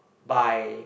by